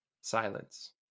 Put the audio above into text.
Silence